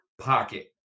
pocket